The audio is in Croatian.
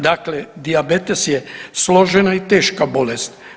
Dakle, dijabetes je složena i teška bolest.